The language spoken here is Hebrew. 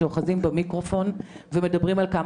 שאוחזים במיקרופון ומדברים על כמה